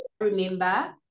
remember